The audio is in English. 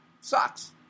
sucks